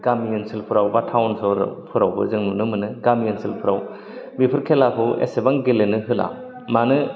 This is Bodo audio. गामि ओनसोलफोराव बा टाउन फोराव फोरावबो जों नुनो मोनो गामि ओनसोलफ्राव बेफोर खेलाखौ एसेबां गेलेनो होला मानो